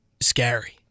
scary